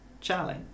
Charlie